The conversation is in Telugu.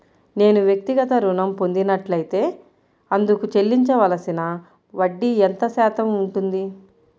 నేను వ్యక్తిగత ఋణం పొందినట్లైతే అందుకు చెల్లించవలసిన వడ్డీ ఎంత శాతం ఉంటుంది?